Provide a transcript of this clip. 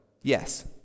Yes